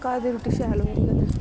घर दी रुट्टी शैल होंदी